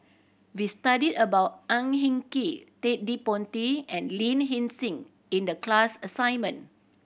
we studied about Ang Hin Kee Ted De Ponti and Lin Hsin Hsin in the class assignment